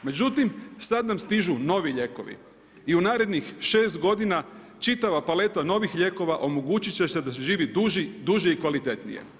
Međutim sada nam stižu novi lijekovi i u narednih 6 godina čitava paleta novih lijekova omogućiti će se da se živi duže i kvalitetnije.